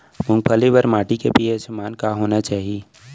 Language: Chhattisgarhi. मूंगफली बर माटी के पी.एच मान का होना चाही?